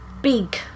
big